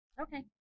okay